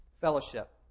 fellowship